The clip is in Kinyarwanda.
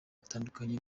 batandukanye